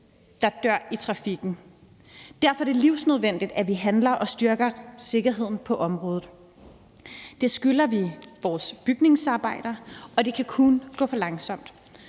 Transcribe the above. der dør i trafikken. Derfor er det livsnødvendigt, at vi handler og styrker sikkerheden på området. Det skylder vi vores bygningsarbejdere, og det kan kun gå for langsomt.